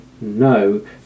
no